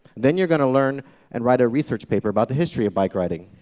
then you're going to learn and write a research paper about the history of bike riding.